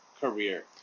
career